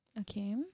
Okay